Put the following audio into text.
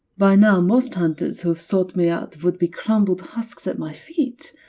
by now, most hunters who've sought me out would be crumbled husks at my feet.